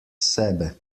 sebe